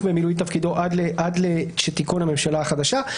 במילוי תפקידו עד שתיכון הממשלה החדשה.